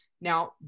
Now